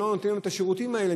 שלא נותנים להם את השירותים האלה,